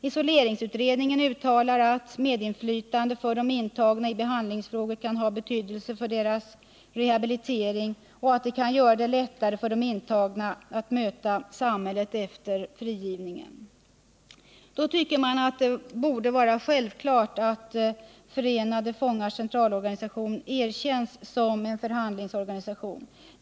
Isoleringsutredningen uttalar att medinflytande för de intagna i behandlingsfrågor kan ha betydelse för deras rehabilitering och att det kan göra det lättare för de intagna att möta samhället efter frigivningen. Då tycker man att det borde vara självklart att Förenade fångars centralorganisation erkänns som en förhandlingsorganisation.